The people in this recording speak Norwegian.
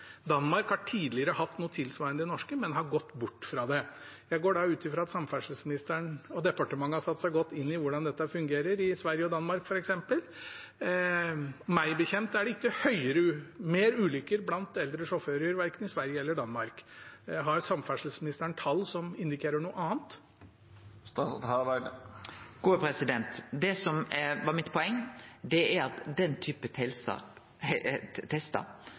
Danmark har tidligere hatt noe tilsvarende det norske, men har gått bort fra det. Jeg går ut fra at samferdselsministeren og departementet har satt seg godt inn i hvordan dette fungerer i Sverige og Danmark, f.eks. Meg bekjent er det ikke flere ulykker blant eldre sjåfører verken i Sverige eller i Danmark. Har samferdselsministeren tall som indikerer noe annet? Det som var mitt poeng, er at den